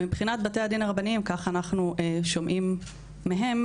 ומבחינת בתי הדין הרבניים ככה אנחנו שומעים מהם,